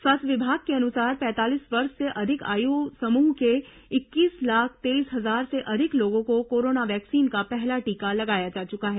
स्वास्थ्य विभाग के अनुसार पैंतालीस वर्ष से अधिक आयु समूह के इक्कीस लाख तेईस हजार से अधिक लोगों को कोरोना वैक्सीन का पहला टीका लगाया जा चुका है